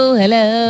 hello